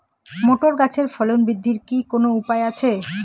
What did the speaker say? Motor গাছের ফলন বৃদ্ধির কি কোনো উপায় আছে?